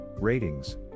Ratings